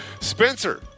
Spencer